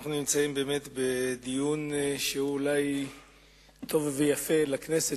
אנו באמת בדיון שהוא אולי טוב ויפה לכנסת,